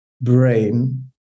brain